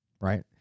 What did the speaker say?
Right